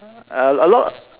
uh a lot